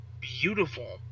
beautiful